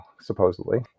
supposedly